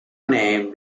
named